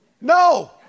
No